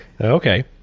Okay